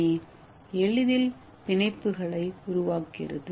ஏ எளிதில் பிணைப்புகளை உருவாக்குகிறது